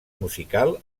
musical